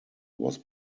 was